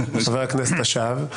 חבר הכנסת השב.